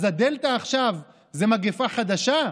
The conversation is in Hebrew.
הדלתא עכשיו זאת מגפה חדשה?